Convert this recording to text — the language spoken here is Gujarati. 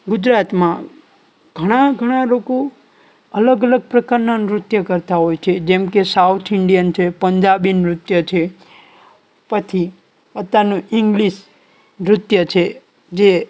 ગુજરાતમાં ઘણા ઘણા લોકો અલગ અલગ પ્રકારના નૃત્ય કરતા હોય છે જેમ કે સાઉથ ઇંડિયન છે પંજાબી નૃત્ય છે પછી અત્યારનું ઇંગ્લિશ નૃત્ય છે જે